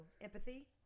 empathy